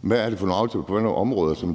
hvad er det for nogle aftaler på det her område, som